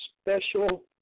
Special